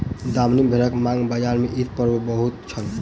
दामनी भेड़क मांग बजार में ईद पर्व पर बहुत छल